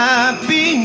Happy